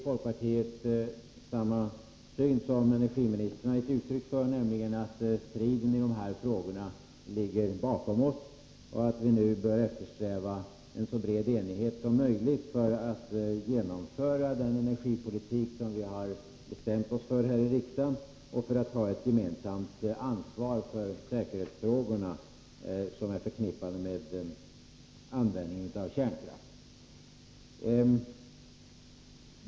Folkpartiet har samma syn som energiministern har gett uttryck för, nämligen att striden när det gäller dessa frågor ligger bakom oss och att vi nu bör eftersträva en så bred enighet som möjligt för att genomföra den energipolitik som vi har bestämt oss för här i riksdagen och för att ta ett gemensamt ansvar för de säkerhetsfrågor som är förknippade med användningen av kärnkraft.